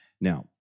Now